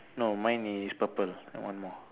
no mine is purple and one more